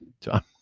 John